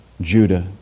Judah